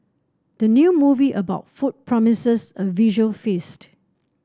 the new movie about food promises a visual feast